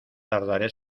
tardaré